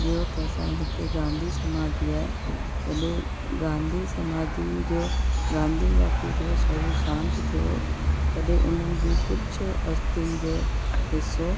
ॿियो त असांजे हिते गांधी समाधि आहे जॾहिं गांधी समाधी जो गांधी बापू जो शरीर शांत थियो हो तॾहिं उन्हनि जी कुझु अस्थियुनि जो हिस्सो